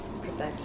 precisely